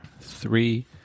three